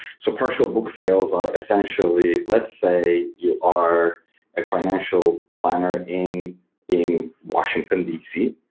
so partial book sales are essentially, let's say, you are a financial planner in in washington, d c.